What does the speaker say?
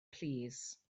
plîs